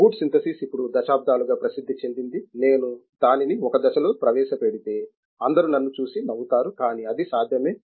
boot synthesis ఇప్పుడు దశాబ్దాలుగా ప్రసిద్ధి చెందింది నేను దానిని ఒక దశలో ప్రవేశపెడితే అందరూ నన్ను చూసి నవ్వుతారు కానీ అది సాధ్యమే